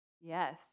Yes